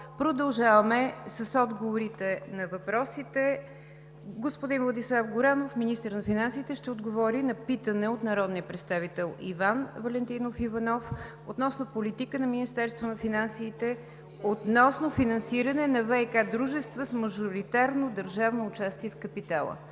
Продължаваме с отговорите на въпросите. Господин Владислав Горанов – министър на финансите, ще отговори на питане от народния представител Иван Валентинов Иванов относно политиката на Министерството на финансите относно финансиране на ВиК дружества с мажоритарно държавно участие в капитала.